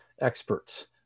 experts